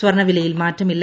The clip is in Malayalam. സ്വർണ്ണവിലയിൽ മാറ്റമില്ല